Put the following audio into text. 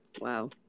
Wow